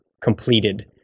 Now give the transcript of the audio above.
completed